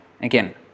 Again